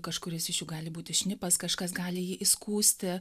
kažkuris iš jų gali būti šnipas kažkas gali jį įskųsti